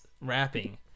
rapping